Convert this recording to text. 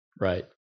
Right